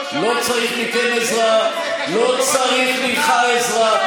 לא צריך מכם עזרה, לא צריך ממך עזרה.